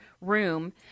room